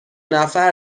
نفر